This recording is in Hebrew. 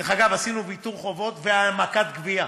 דרך אגב, עשינו ויתור על חובות והעמקת גבייה.